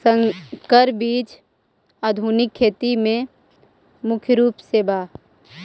संकर बीज आधुनिक खेती में मुख्य रूप से बा